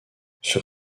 sur